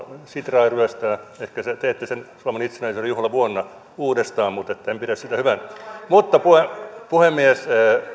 sitraa ryöstää ehkä teette sen suomen itsenäisyyden juhlavuonna uudestaan mutta en pidä sitä hyvänä puhemies